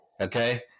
Okay